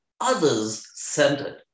others-centered